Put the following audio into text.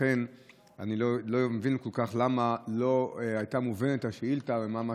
ולכן אני לא מבין כל כך למה לא הייתה מובנת השאילתה ומה המשמעות.